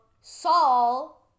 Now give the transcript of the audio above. Saul